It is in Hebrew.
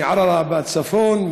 מערערה בצפון,